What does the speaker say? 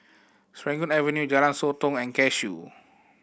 Serangoon Avenue Jalan Sotong and Cashew